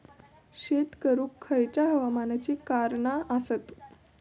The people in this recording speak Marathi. शेत करुक खयच्या हवामानाची कारणा आसत?